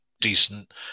decent